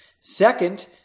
Second